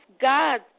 God